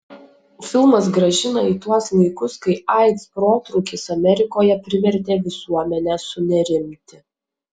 filmas grąžina į tuos laikus kai aids protrūkis amerikoje privertė visuomenę sunerimti